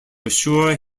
assure